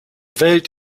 welt